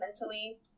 mentally